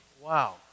Wow